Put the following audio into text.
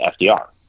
FDR